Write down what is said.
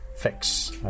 Fix